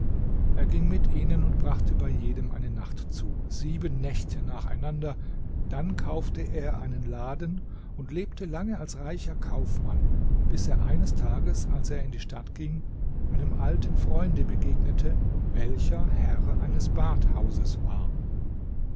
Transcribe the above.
er ging mit ihnen und brachte bei jedem eine nacht zu sieben nächte nacheinander dann kaufte er einen laden und lebte lange als reicher kaufmann bis er eines tages als er in die stadt ging einem alten freunde begegnete welcher herr eines badhauses war